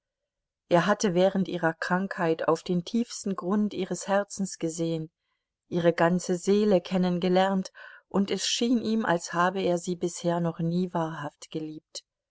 er hatte während ihrer krankheit auf den tiefsten grund ihres herzens gesehen ihre ganze seele kennengelernt und es schien ihm als habe er sie bisher noch nie wahrhaft geliebt